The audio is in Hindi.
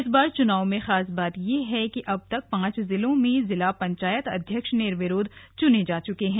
इस बार के चुनाव में खास बात ये रही है कि अब तक पांच जिलों में जिला पंचायत अध्यक्ष निर्विरोध चुने जा चुके हैं